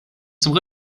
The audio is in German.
zum